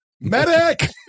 Medic